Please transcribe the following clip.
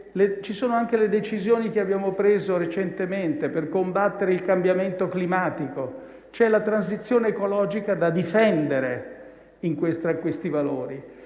ci sono anche le decisioni che abbiamo preso recentemente per combattere il cambiamento climatico, c'è la transizione ecologica da difendere. Quando quindi